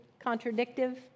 contradictive